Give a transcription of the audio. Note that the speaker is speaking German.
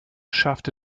schaffte